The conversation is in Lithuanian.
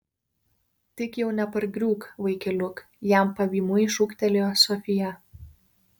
tik jau nepargriūk vaikeliuk jam pavymui šūktelėjo sofija